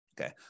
Okay